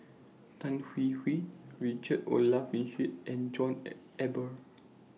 Tan Hwee Hwee Richard Olaf Winstedt and John Eber